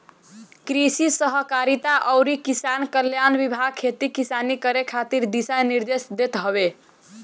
कृषि सहकारिता अउरी किसान कल्याण विभाग खेती किसानी करे खातिर दिशा निर्देश देत हवे